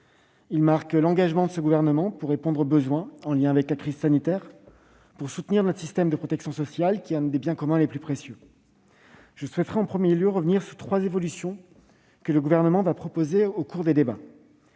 Ils marquent l'engagement de ce gouvernement pour répondre aux besoins liés à la crise sanitaire et pour soutenir notre système de protection sociale, qui est l'un de nos biens communs les plus précieux. Je souhaite, dans un premier point, revenir sur trois évolutions que le Gouvernement proposera au cours des débats.